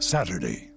Saturday